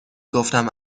گفتم